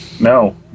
No